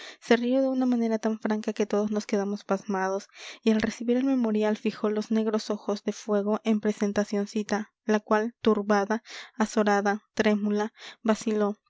se rió de una manera tan franca que todos nos quedamos pasmados y al recibir el memorial fijó los negros ojos de fuego en presentacioncita la cual turbada azorada trémula vaciló